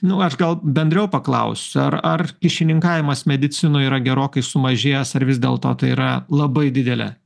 nu aš gal bendriau paklausiu ar ar kyšininkavimas medicinoj yra gerokai sumažėjęs ar vis dėlto tai yra labai didelė